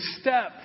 step